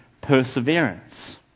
perseverance